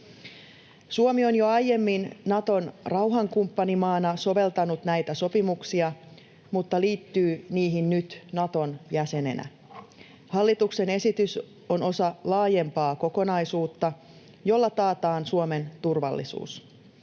Suomi on jo aiemmin Naton rauhankumppanimaana soveltanut näitä sopimuksia mutta liittyy niihin nyt Naton jäsenenä. Hallituksen esitys on osa laajempaa kokonaisuutta, jolla taataan Suomen turvallisuus.